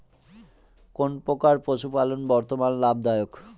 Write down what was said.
কোন প্রকার পশুপালন বর্তমান লাভ দায়ক?